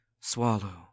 swallow